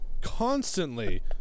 Constantly